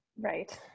Right